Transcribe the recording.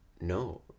no